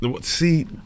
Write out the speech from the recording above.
See